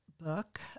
book